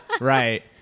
Right